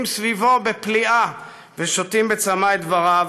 סביבו בפליאה ושותים בצמא את דבריו.